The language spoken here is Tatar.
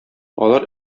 алар